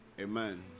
Amen